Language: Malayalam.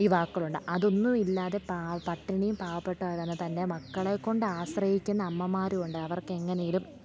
യുവാക്കളുണ്ട് അതൊന്നും ഇല്ലാതെ പട്ടിണിയും പാവപ്പെട്ടവരും തൻ്റെ മക്കളെ കൊണ്ടാശ്രയിക്കുന്ന അമ്മമാരും ഉണ്ട് അവർക്കെങ്ങനെയെങ്കിലും